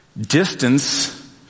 distance